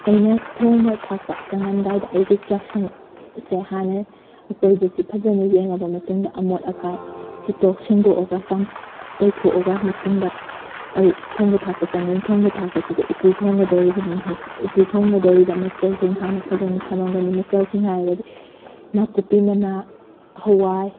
ꯑꯩꯅ ꯊꯣꯡꯕ ꯊꯥꯛꯄ ꯆꯪꯂꯝꯗꯥꯏꯗ ꯑꯩꯒꯤ ꯆꯥꯛꯁꯪ ꯁꯦ ꯍꯥꯟꯅ ꯑꯀꯣꯏꯕꯁꯤ ꯐꯖꯅ ꯌꯦꯡꯂꯕ ꯃꯇꯨꯡꯗ ꯑꯃꯣꯠ ꯑꯀꯥꯏ ꯁꯤꯠꯇꯣꯛ ꯁꯦꯡꯗꯣꯛꯂꯒ ꯇꯩꯊꯣꯛꯂꯒ ꯃꯇꯨꯡꯗ ꯑꯩ ꯊꯣꯡꯕ ꯊꯥꯛꯄ ꯆꯪꯒꯅꯤ ꯊꯣꯡꯕ ꯊꯥꯛꯄꯁꯤꯗꯤ ꯎꯠꯇꯤ ꯊꯣꯡꯒꯗꯧꯔꯤꯕꯅꯤ ꯎꯠꯇꯤ ꯊꯣꯡꯒꯗꯧꯔꯤꯕ ꯃꯆꯜꯁꯤꯡ ꯍꯥꯟꯅ ꯐꯖꯅ ꯊꯝꯂꯝꯒꯅꯤ ꯃꯆꯜꯁꯤꯡ ꯍꯥꯏꯔꯒꯗꯤ ꯅꯥꯀꯨꯞꯄꯤ ꯃꯅꯥ ꯍꯋꯥꯏ